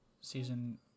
season